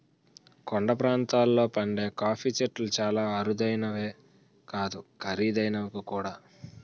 కొండ ప్రాంతాల్లో పండే కాఫీ చెట్లు చాలా అరుదైనవే కాదు ఖరీదైనవి కూడా